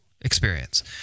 experience